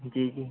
जी जी